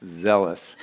zealous